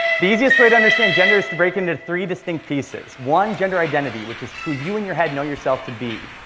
the easiest way to understand gender is to break it into three distinct pieces one, gender identity, which is who you in your head know yourself to be.